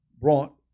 brought